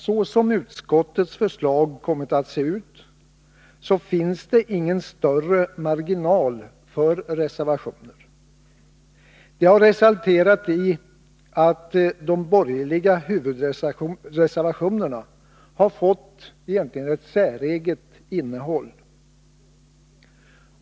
Så som utskottets förslag kommit att se ut, finns det ingen större marginal för reservationer. Det har resulterat i att de borgerliga huvudreservationerna fått ett säreget innehåll.